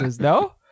no